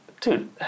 dude